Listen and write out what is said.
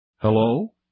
Hello